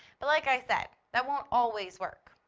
but like i said, that won't always work.